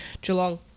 Geelong